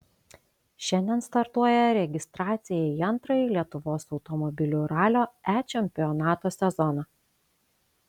šiandien startuoja registracija į antrąjį lietuvos automobilių ralio e čempionato sezoną